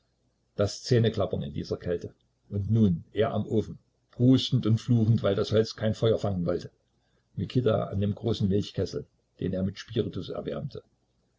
das zähneklappern in dieser kälte und nun er am ofen prustend und fluchend weil das holz kein feuer fangen wollte mikita an dem großen milchkessel den er mit spiritus erwärmte